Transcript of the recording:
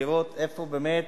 לראות איפה באמת